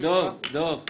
מה דעתך על הביטוי?